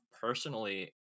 personally